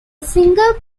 singer